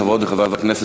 חברות וחברי הכנסת,